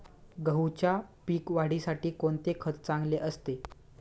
गहूच्या पीक वाढीसाठी कोणते खत चांगले असते?